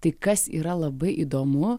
tai kas yra labai įdomu